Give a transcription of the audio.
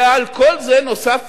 ועל כל זה נוסף